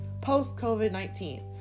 post-COVID-19